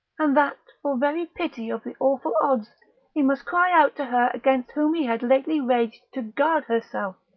and that for very pity of the awful odds he must cry out to her against whom he had lately raged to guard herself.